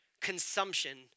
consumption